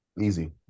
Easy